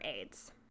aids